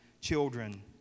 children